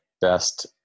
best